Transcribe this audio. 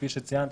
כפי שציינת,